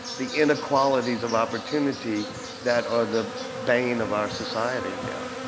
the inequalities of opportunity that are the bane of our society now.